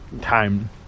time